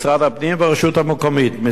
משרד הפנים והרשות המקומית,